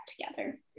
together